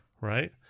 right